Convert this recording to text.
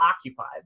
occupied